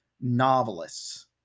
novelists